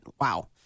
wow